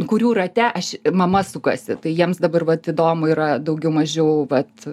kurių rate aš i mama sukasi tai jiems dabar vat įdomu yra daugiau mažiau vat